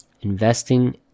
Investing